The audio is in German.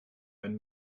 wenn